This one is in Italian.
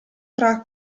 tra